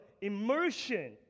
immersion